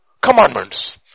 Commandments